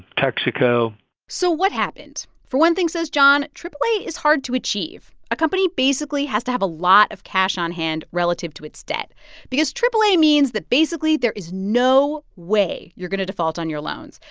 texaco so what happened? for one thing, says john, triple a is hard to achieve. a company basically has to have a lot of cash on hand relative to its debt because triple a means that, basically, there is no way you're going to default on your loans.